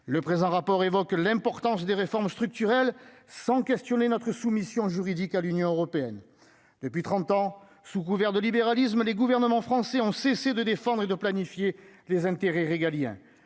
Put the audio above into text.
le présent rapport évoque l'importance des réformes structurelles, sans questionner notre soumission juridique à l'Union européenne depuis 30 ans, sous couvert de libéralisme, les gouvernements français ont cessé de défendre et de planifier les intérêts régaliens